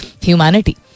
humanity